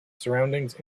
surroundings